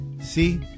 See